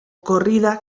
corrida